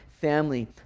family